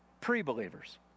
pre-believers